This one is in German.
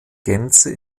gänze